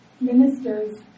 minister's